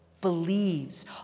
believes